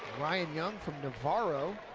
ryan young from navarro.